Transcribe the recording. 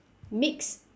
mix